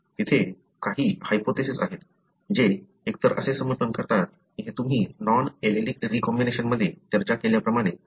तेथे काही हायपोथेसिस आहेत जे एकतर असे समर्थन करतात की हे तुम्ही नॉन ऍलेलिक रीकॉम्बिनेशनमध्ये चर्चा केल्याप्रमाणे असू शकते